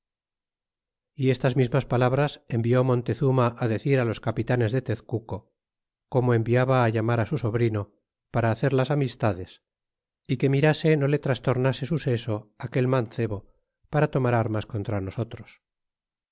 y estas mismas palabras envió montezuma á decir los capitanes de tezcuco come enviaba llamar á su sobrino para hacer las amistades y que mirase no le trastornase su seso aquel mancebo para tomar armas contra nosotros